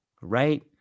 Right